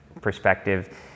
perspective